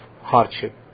hardship